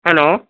hello